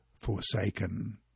forsaken